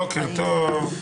בוקר טוב.